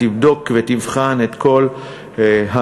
תבדוק ותבחן את כל המדיניות